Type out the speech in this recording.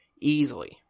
Easily